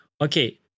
okay